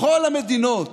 בכל המדינות